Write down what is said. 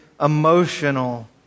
emotional